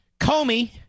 Comey